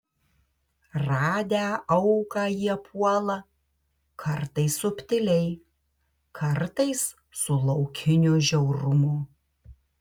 radę auką jie puola kartais subtiliai kartais su laukiniu žiaurumu